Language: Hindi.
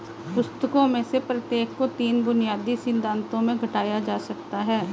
पुस्तकों में से प्रत्येक को तीन बुनियादी सिद्धांतों में घटाया जा सकता है